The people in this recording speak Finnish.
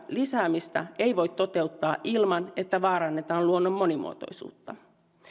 lisäämistä ei voi toteuttaa ilman että vaarannetaan luonnon monimuotoisuutta